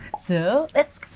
so let's